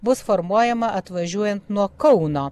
bus formuojama atvažiuojant nuo kauno